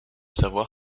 savoir